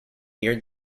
near